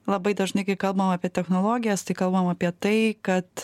labai dažnai kai kalbam apie technologijas tai kalbam apie tai kad